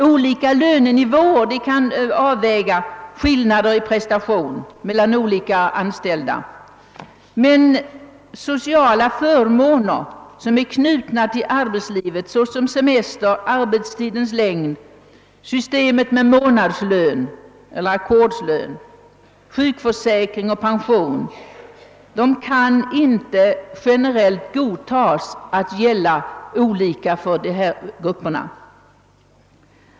Olika lönenivåer kan avväga skillnader i prestation mellan olika anställda, men sociala förmåner som är knutna till arbetslivet, såsom semester, arbetstidens längd, månadslön eller ackordslön, sjukförsäkring och pension, kan inte generellt få vara olika för de båda grupperna.